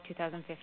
2015